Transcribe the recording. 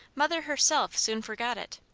mother herself soon forgot it.